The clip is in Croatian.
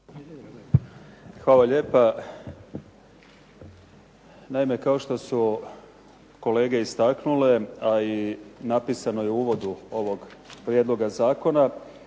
Hvala lijepa. Naime, kao što su kolege istaknule a i napisano je u uvodu ovog prijedloga zakona